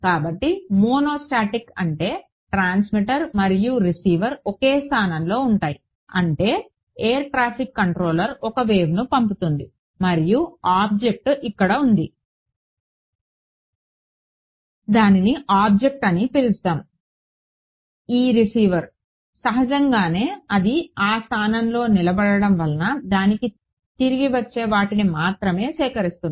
కాబట్టి మోనోస్టాటిక్ అంటే ట్రాన్స్మిటర్ మరియు రిసీవర్ ఒకే స్థానంలో ఉంటాయి అంటే ఈ ఎయిర్ ట్రాఫిక్ కంట్రోలర్ ఒక వేవ్ను పంపుతుంది మరియు ఆబ్జెక్ట్ ఇక్కడ ఉంది దానిని ఆబ్జెక్ట్ అని పిలుద్దాం ఈ రిసీవర్ సహజంగానే అది ఆ స్థానంలో నిలబడటం వలన దానికి తిరిగి వచ్చే వాటిని మాత్రమే సేకరిస్తుంది